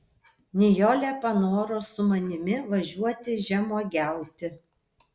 nijolė panoro su manimi važiuoti žemuogiauti